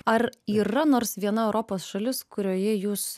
ar yra nors viena europos šalis kurioje jūs